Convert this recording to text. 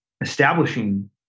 establishing